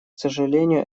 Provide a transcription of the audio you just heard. сожалению